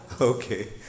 Okay